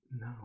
No